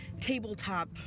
tabletop